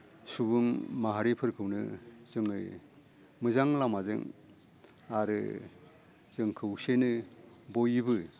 सुबुं माहारिफोरखौनो जोङो मोजां लामाजों आरो जों खौसेनो बयबो